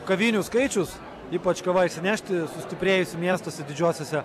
kavinių skaičius ypač kava išsinešti sustiprėjusi miestuose didžiuosiuose